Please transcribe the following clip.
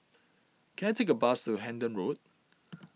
can I take a bus to Hendon Road